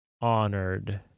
honored